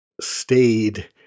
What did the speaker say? stayed